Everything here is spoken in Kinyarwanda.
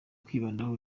kwibandaho